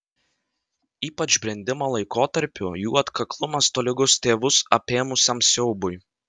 ypač brendimo laikotarpiu jų atkaklumas tolygus tėvus apėmusiam siaubui